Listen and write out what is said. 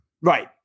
Right